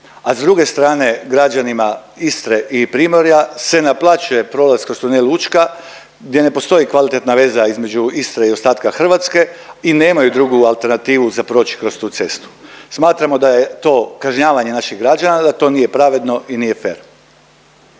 A s druge strane građanima Istre i Primorja se naplaćuje prolaz kroz Tunel Učka gdje ne postoji kvalitetna veza između Istre i ostatka Hrvatske i nemaju drugu alternativu za proć kroz tu cestu. Smatramo da je to kažnjavanje naših građana da to nije pravedno i nije fer.